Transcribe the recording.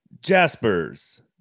Jaspers